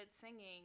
singing